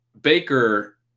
Baker